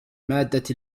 مادة